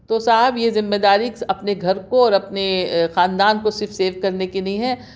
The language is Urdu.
تو صاحب یہ ذمہ داری اپنے گھر کو اور اپنے خاندان کو صرف سیف کرنے کی نہیں ہے